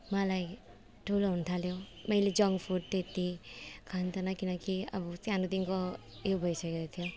मलाई ठुलो हुनुथाल्यो मैले जङ्क फुड त्यत्ति खान्थिनँ किनकि अब सानोदेखिको उयो भइसकेको थियो